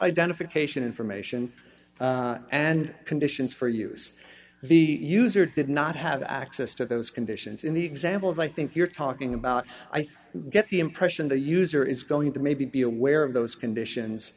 identification information and conditions for use the user did not have access to those conditions in the examples i think you're talking about i get the impression the user is going to maybe be aware of those conditions